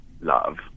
love